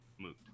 moved